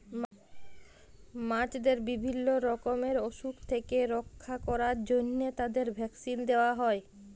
মাছদের বিভিল্য রকমের অসুখ থেক্যে রক্ষা ক্যরার জন্হে তাদের ভ্যাকসিল দেয়া হ্যয়ে